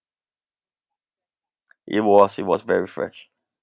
it was it was very fresh